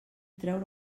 treure